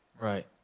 Right